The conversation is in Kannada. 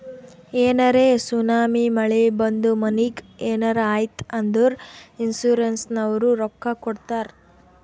ಏನರೇ ಸುನಾಮಿ, ಮಳಿ ಬಂದು ಮನಿಗ್ ಏನರೇ ಆಯ್ತ್ ಅಂದುರ್ ಇನ್ಸೂರೆನ್ಸನವ್ರು ರೊಕ್ಕಾ ಕೊಡ್ತಾರ್